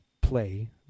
play